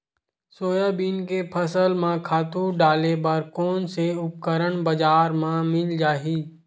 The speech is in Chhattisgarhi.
सोयाबीन के फसल म खातु डाले बर कोन से उपकरण बजार म मिल जाहि?